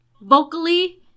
Vocally